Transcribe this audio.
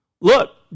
look